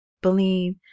believe